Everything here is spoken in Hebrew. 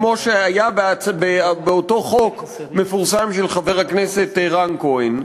כמו שהיה באותו חוק מפורסם של חבר הכנסת רן כהן,